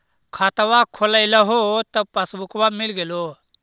खतवा खोलैलहो तव पसबुकवा मिल गेलो?